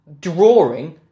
drawing